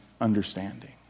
understanding